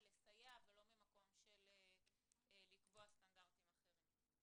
לסייע ולא ממקום של לקבוע סטנדרטים אחרים.